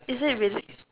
is it really